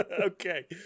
Okay